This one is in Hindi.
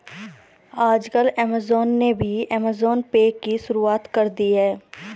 आजकल ऐमज़ान ने भी ऐमज़ान पे की शुरूआत कर दी है